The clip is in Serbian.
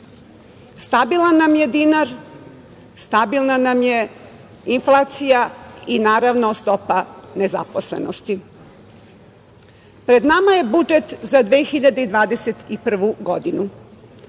Stabilan nam je dinar, stabilna nam je inflacija i naravno stopa nezaposlenosti. Pred nama je budžet za 2021. godinu.